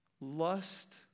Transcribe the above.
Lust